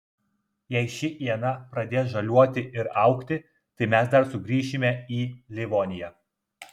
jei ši iena pradės žaliuoti ir augti tai mes dar sugrįšime į livoniją